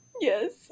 yes